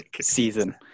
season